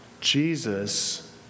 Jesus